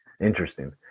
Interesting